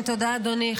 תודה, אדוני.